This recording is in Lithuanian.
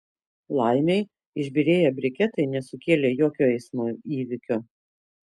laimei išbyrėję briketai nesukėlė jokio eismo įvykio